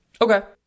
Okay